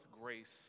grace